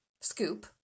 scoop